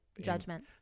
Judgment